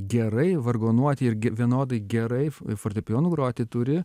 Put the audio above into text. gerai vargonuoti irgi vienodai gerai fo fortepijonu groti turi